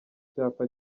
cyapa